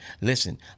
Listen